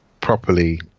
properly